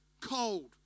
cold